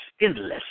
endless